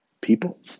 people